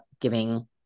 giving